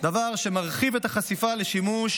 דבר שמרחיב את החשיפה לשימוש